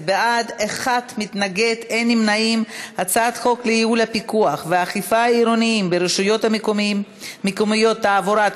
חוק לייעול הפיקוח והאכיפה העירוניים ברשויות המקומיות (תעבורה),